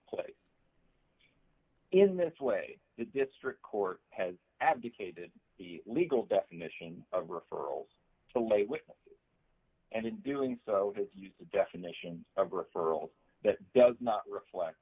place in this way the district court has abdicated the legal definition of referrals to lay witness and in doing so has used the definition of referral that does not reflect